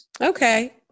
Okay